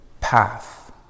path